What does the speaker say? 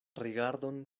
rigardon